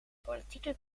politieke